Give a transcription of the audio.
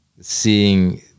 seeing